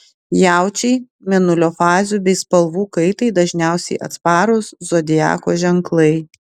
jaučiai mėnulio fazių bei spalvų kaitai dažniausiai atsparūs zodiako ženklai